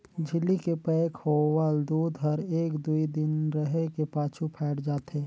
झिल्ली के पैक होवल दूद हर एक दुइ दिन रहें के पाछू फ़ायट जाथे